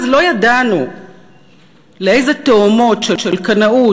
אז לא ידענו לאיזה תהומות של קנאות